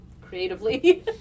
creatively